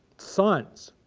sons,